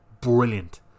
brilliant